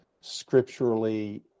scripturally